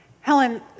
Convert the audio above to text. Helen